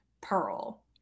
Pearl